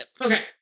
okay